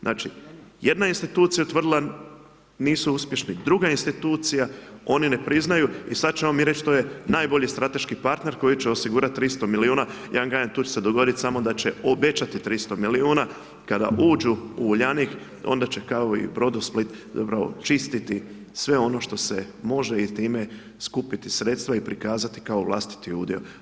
Znači, jedna institucija je utvrdila, nisu uspješni, druga institucija, oni ne priznaju i sad ćemo mi reći, to je najbolji strateški partner koji će osigurati 300 milijuna, ja vam kažem, tu će se dogoditi samo da će obećati 300 milijuna, kada uđu u Uljanik, onda će kao u Brodosplit, zapravo čistiti sve ono što se može i time skupiti sredstva i prikazati kao vlastiti udio.